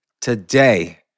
today